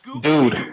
Dude